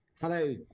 hello